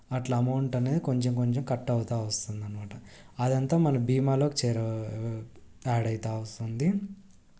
అట్లా అమౌంట్ అనేది కొంచెం కొంచెం కట్ అవుతూ వస్తుంది అన్నమాట అది అంతా మన భీమాలోకి చేర యాడ్ అవుతూ వస్తుంది